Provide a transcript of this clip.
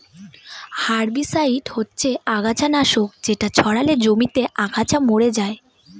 herbicide হচ্ছে আগাছা নাশক যেটা ছড়ালে জমিতে আগাছা মরে যায়